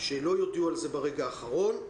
שלא יודיעו על זה ברגע האחרון.